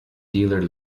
dealer